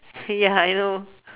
ya I know